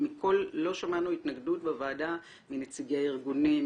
לא שמענו התנגדות בוועדה מנציגי הארגונים,